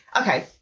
Okay